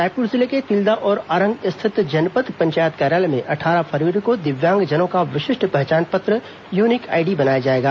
रायपुर जिले के तिल्दा और आरंग स्थित जनपद पंचायत कार्यालय में अट्ठारह फरवरी को दिव्यांगजनों का विशिष्ट पहचान पत्र यूनिक आईडी बनाया जाएगा